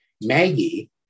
Maggie